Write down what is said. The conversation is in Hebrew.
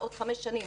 עוד חמש שנים,